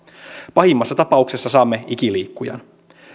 pahimmassa tapauksessa saamme ikiliikkujan